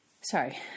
sorry